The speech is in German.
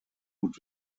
gut